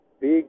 Big